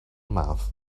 mouth